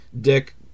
dick